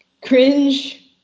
Cringe